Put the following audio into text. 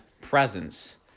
presence